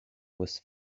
was